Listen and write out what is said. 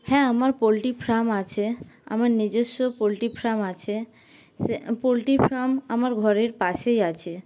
হ্যাঁ আমার poultry farm আছে আমার নিজস্ব পোলট্রি ফার্ম আছে সে আ পোলট্রি ফার্ম আমার ঘরের পাশেই আছে